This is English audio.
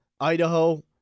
Idaho